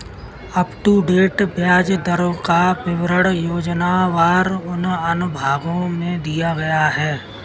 up to date ब्याज दरों का विवरण योजनावार उन अनुभागों में दिया गया है